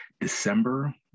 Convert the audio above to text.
December